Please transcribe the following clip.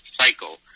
cycle